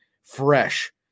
fresh